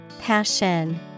Passion